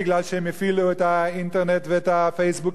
מפני שהם הפעילו את האינטרנט ואת ה"פייסבוק"